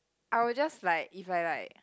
I will just like if I like